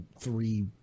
three